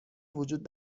وجود